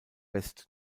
west